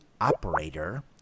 operator